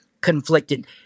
conflicted